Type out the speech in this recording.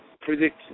predict